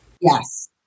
Yes